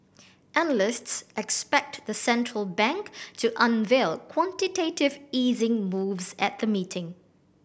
analysts expect the central bank to unveil quantitative easing moves at the meeting